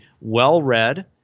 well-read